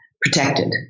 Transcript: protected